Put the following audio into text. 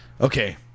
Okay